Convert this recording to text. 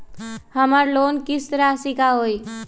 हमर लोन किस्त राशि का हई?